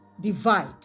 divide